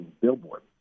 billboard